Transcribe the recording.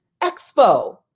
expo